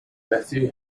mathew